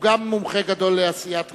מומחה גדול לעשיית ריבות.